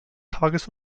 tages